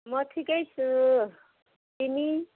म ठिकै छु तिमी